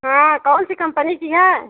हाँ कौन सी कम्पनी की है